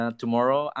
tomorrow